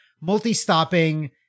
multi-stopping